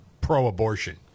pro-abortion